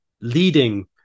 leading